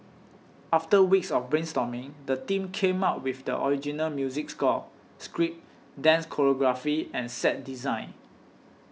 after weeks of brainstorming the team came up with the original music score script dance choreography and set design